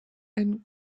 and